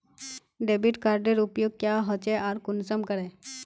Credit कार्डेर उपयोग क्याँ होचे आर कुंसम करे?